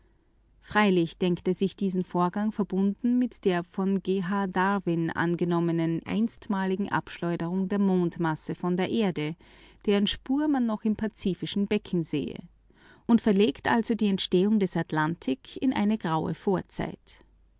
er denkt sich diesen vorgang leider verbunden mit der von g h darwin angenommenen einstmaligen abschleuderung der mondmasse von der erde deren spur man noch im pazifischen becken sehe und verlegt damit die entstehung des atlantik in eine graue vorzeit